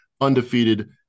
undefeated